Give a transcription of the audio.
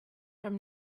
from